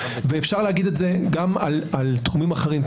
ואפשר להגיד את זה גם על תחומים אחרים.